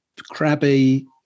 crabby